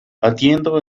atiendo